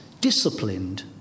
disciplined